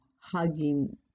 hugging